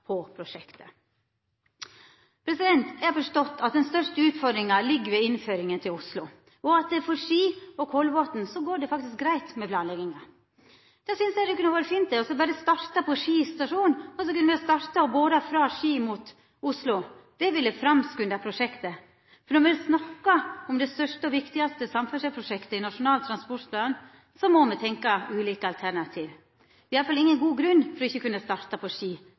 Eg har forstått at den største utfordringa ligg ved innføringa til Oslo, og at det for Ski og Kolbotn faktisk går greitt med planlegginga. Da synest eg det kunna vera fint å starta på Ski stasjon, starta med å bora frå Ski mot Oslo. Det ville framskunda prosjektet. For når me snakkar om det største og viktigaste samferdselsprosjektet i Nasjonal transportplan, må me tenkja ulike alternativ. Det er i alle fall ingen god grunn til ikkje å starta på